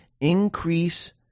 increase